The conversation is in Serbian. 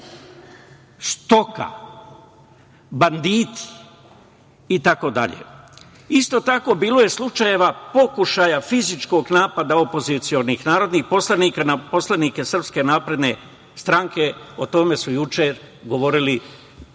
stoka, banditi itd. Isto tako, bilo je slučajeva pokušaja fizičkog napada opozicionih narodnih poslanika na poslanike SNS. O tome su juče govorili